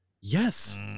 Yes